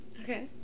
okay